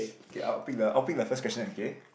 K I'll pick the I'll pick the first question okay